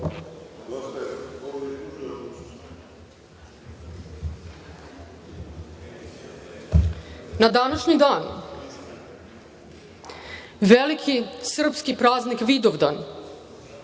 današnji dan, veliki srpski praznik Vidovdan,